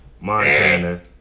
Montana